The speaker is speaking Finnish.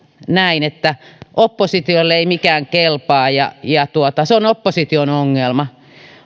näin että oppositiolle ei mikään kelpaa ja ja se on opposition ongelma